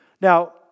Now